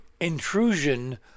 intrusion